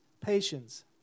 patience